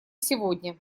сегодня